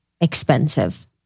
expensive